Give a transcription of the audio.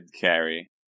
carry